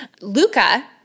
Luca